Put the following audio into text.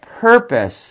purpose